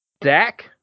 Dak